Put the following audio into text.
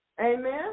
Amen